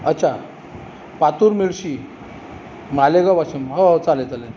अच्छा पातूर मिर्शी मालेगांव वाशिम हो हो चालेल चालेल